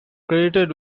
credited